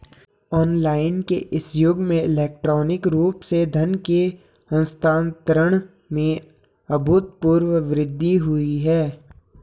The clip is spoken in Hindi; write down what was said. ऑनलाइन के इस युग में इलेक्ट्रॉनिक रूप से धन के हस्तांतरण में अभूतपूर्व वृद्धि हुई है